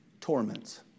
Torments